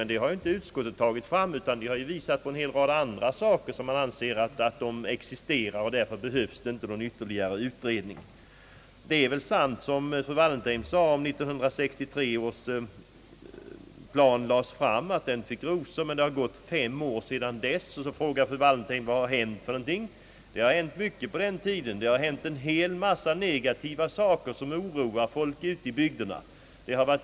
Men utskottet har ju inte anfört detta utan visat på en hel rad andra saker som gör att man anser att det inte behövs någon ytterligare utredning. Det är sant som fru Wallentheim sade, att 1963 års plan fick rosor när den lades fram, men det har gått fem år sedan dess. Då frågar fru Wallentheim: Vad har hänt sedan dess? Det har hänt mycket under den tiden. Det har hänt en mängd negativa saker, som oroar folk ute i bygderna.